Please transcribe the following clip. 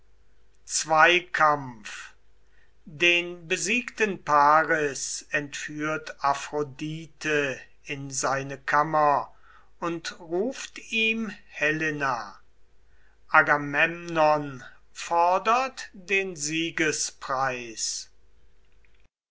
den besiegten paris entführt aphrodite in seine kammer und ruft ihm helena agamemnon fordert den